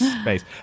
space